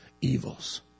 evils